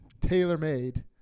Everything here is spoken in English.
tailor-made